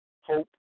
hope